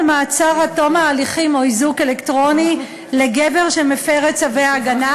מעצר עד תום ההליכים או איזוק אלקטרוני לגבר שמפר את צווי ההגנה.